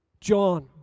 John